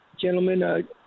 gentlemen